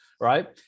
right